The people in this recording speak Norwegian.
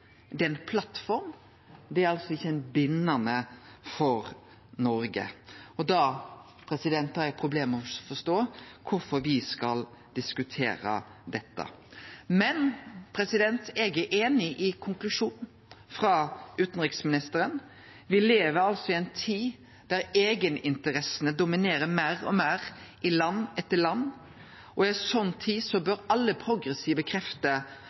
er ikkje ein konvensjon – det er ei plattform. Det er ikkje bindande for Noreg, og da har eg problem med å forstå kvifor me skal diskutere dette. Men eg er einig i konklusjonen til utanriksministeren. Me lever i ei tid då eigeninteressene dominerer meir og meir, i land etter land, og i ei sånn tid bør alle progressive